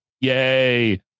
yay